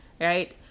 right